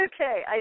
okay